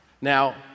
Now